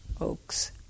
oaks